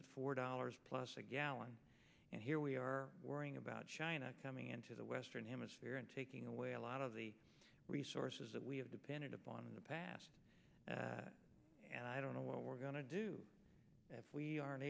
at four dollars plus a gallon and here we are worrying about china coming into the western hemisphere and taking away a lot of the resources that we have depended upon in the past and i don't know what we're going to do if we are